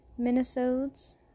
Minisodes